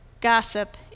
gossip